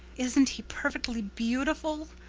isn't he perfectly beautiful?